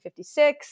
1956